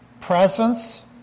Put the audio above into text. presence